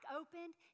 opened